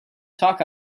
talk